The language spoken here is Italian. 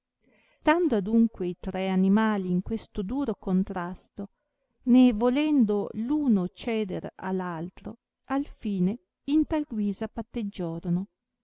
stando adunque i tre animali in questo duro contrasto né volendo l uno ceder a l altro al fine in tal guisa patteggiorono